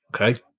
Okay